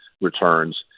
returns